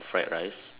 fried rice